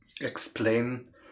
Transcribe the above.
explain